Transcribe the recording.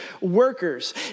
workers